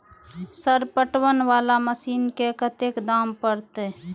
Sir पटवन वाला machine के कतेक दाम परतें?